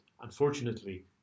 Unfortunately